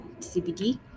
cbd